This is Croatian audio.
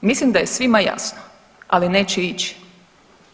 Mislim da je svima jasno ali neće ići.